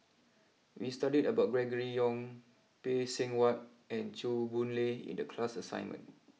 we studied about Gregory Yong Phay Seng Whatt and Chew Boon Lay in the class assignment